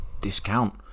discount